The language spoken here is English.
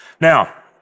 Now